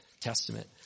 Testament